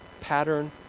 Pattern